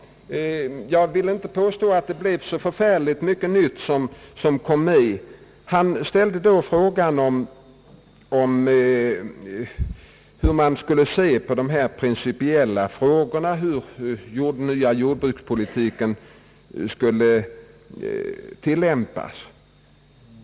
Jag vill inte påstå att han kom med så mycket nytt. Han tog upp problemet om hur man skall se på dessa principiella frågor om hur den nya jordbrukspolitiken skall tillämpas.